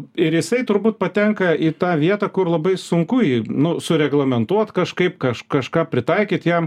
ir jisai turbūt patenka į tą vietą kur labai sunku jį nu sureglamentuot kažkaip kažką kažką pritaikyti jam